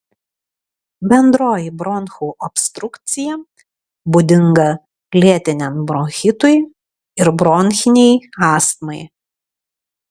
bendroji bronchų obstrukcija būdinga lėtiniam bronchitui ir bronchinei astmai